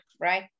right